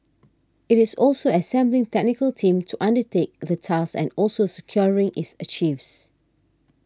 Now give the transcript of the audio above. it is also assembling technical team to undertake the task and also securing its archives